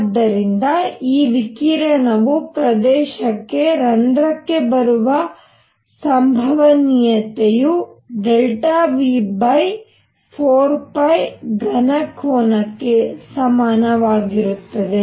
ಆದ್ದರಿಂದ ಈ ವಿಕಿರಣವು ಪ್ರದೇಶದ ರಂಧ್ರಕ್ಕೆ ಬರುವ ಸಂಭವನೀಯತೆಯು V4π ಘನ ಕೋನಕ್ಕೆ ಸಮನಾಗಿರುತ್ತದೆ